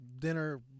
dinner